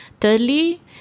Thirdly